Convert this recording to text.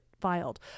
filed